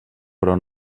però